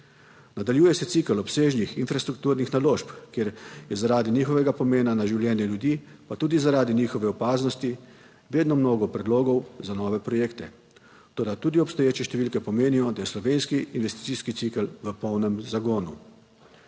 Nadaljuje se cikel obsežnih infrastrukturnih naložb, kjer je zaradi njihovega pomena na življenje ljudi, pa tudi zaradi njihove opaznosti vedno mnogo predlogov za nove projekte. Toda tudi obstoječe številke pomenijo, da je slovenski investicijski cikel v polnem zagonu.